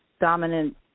dominant